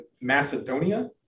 Macedonia